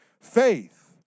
Faith